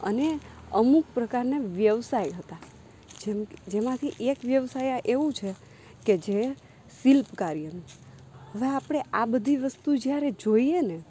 અને અમુક પ્રકારના વ્યવસાય હતા જેમ જેમાંથી એક વ્યવસાયા એવું છે કે જે શિલ્પ કાર્યનું હવે આપણે આ બધી વસ્તુ જ્યારે જોઈએને